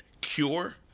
cure